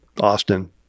Austin